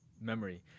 memory